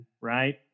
right